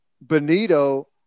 Benito